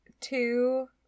two